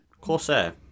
Corsair